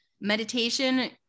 meditation